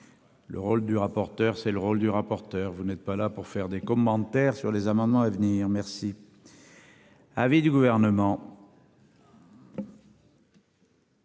Le rôle du rapporteur. C'est le rôle du rapporteur. Vous n'êtes pas là pour faire des commentaires sur les amendements à venir, merci. Avis du gouvernement.